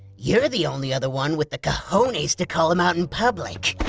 you're the only other one with the cajones to call him out in public.